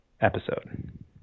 episode